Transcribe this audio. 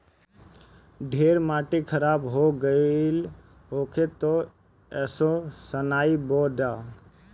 ढेर माटी खराब हो गइल होखे तअ असो सनइ बो दअ